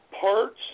parts